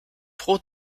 pro